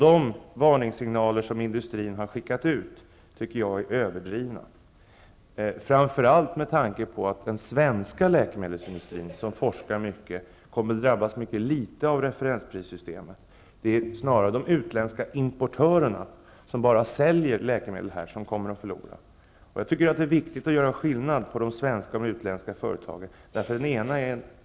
De varningssignaler som industrin har skickat ut är överdrivna, framför allt med tanke på att den svenska läkemedelsindustrin, med mycket forskning, kommer att drabbas litet av referensprissystemet. Det är snarare de utländska importörerna, som bara säljer läkemedel här i Sverige, som kommer att förlora. Jag tycker att det är viktigt att skilja på de svenska och utländska företagen.